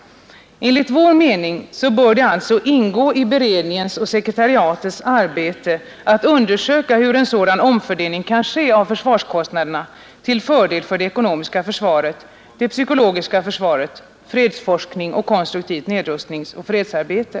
Enligt vår mening bör det ingå i beredningens och sekretariatets arbete att undersöka, hur en omfördelning av försvarskostnaderna kan göras, till fördel för det ekonomiska försvaret, det psykologiska försvaret, fredsforskningen samt konstruktivt nedrustningsoch fredsarbete.